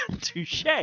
touche